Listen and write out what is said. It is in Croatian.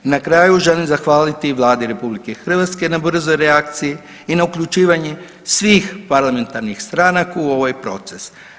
Na kraju, želim zahvaliti Vladi RH na brzoj reakciji i na uključivanje svih parlamentarnih stranaka u ovaj proces.